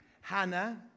Hannah